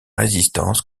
résistance